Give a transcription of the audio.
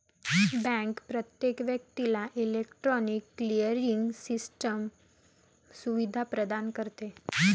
bank प्रत्येक व्यक्तीला electronic clearing system सुविधा प्रदान करते